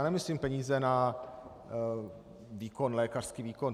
Nemyslím peníze na lékařský výkon.